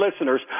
listeners